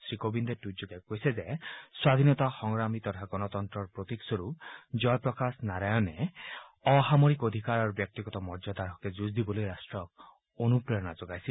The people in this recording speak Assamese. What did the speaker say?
শ্ৰী কোবিন্দে টুইটযোগে কৈছে যে স্বাধীনতা সংগ্ৰামী তথা গণতন্ত্ৰৰ প্ৰতীক স্বৰূপ জয়প্ৰকাশ নাৰায়ণে অসামৰিক অধিকাৰ আৰু ব্যক্তিগত মৰ্যদাৰ হকে যুঁজ দিবলৈ ৰাষ্টক অনুপ্ৰেৰণা যোগাইছে